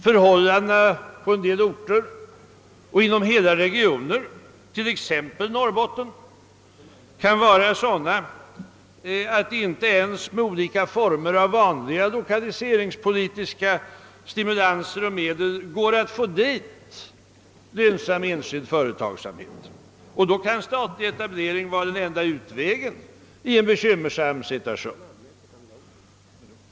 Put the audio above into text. Förhållandena på vissa orter eller inom hela regioner, t.ex. i Norrbotten, kan vara sådana att det med de vanliga lokaliseringspolitiska medlen inte går att få dit lönsam enskild företagsamhet. Statlig etablering kan då vara den enda utvägen ur en bekymmersam situation.